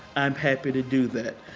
i'm happy to do that.